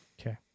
Okay